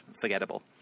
forgettable